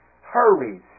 Hurries